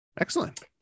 Excellent